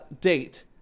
date